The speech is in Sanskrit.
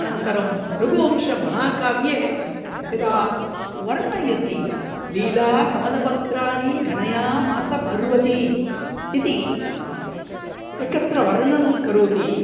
अनन्तरं रघुवंशमहाकाव्ये यदा वर्णयति लीलाकमलपत्राणि गणयामासपार्वती इति एकत्र वर्णनं करोति